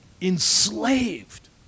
enslaved